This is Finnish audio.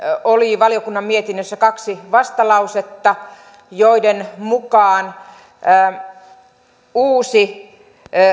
oli valiokunnan mietinnössä kaksi vastalausetta joiden mukaan tapaukset joissa on kyseessä uusi